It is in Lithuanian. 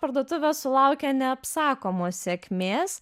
parduotuvė sulaukė neapsakomos sėkmės